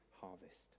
harvest